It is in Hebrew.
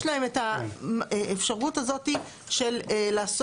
הם יש להם את האפשרות הזאת של לעשות,